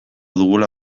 dugula